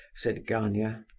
said gania.